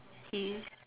he